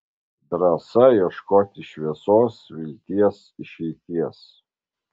drąsa ieškoti šviesos vilties išeities